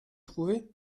trouvé